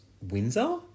Windsor